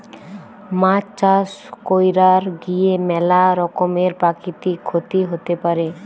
মাছ চাষ কইরার গিয়ে ম্যালা রকমের প্রাকৃতিক ক্ষতি হতে পারে